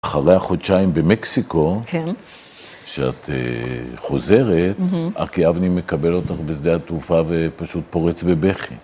אחרי החודשיים במקסיקו, כשאת חוזרת, אקי אבני מקבל אותך בשדה התעופה ופשוט פורץ בבכי.